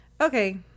okay